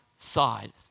side